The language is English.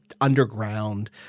underground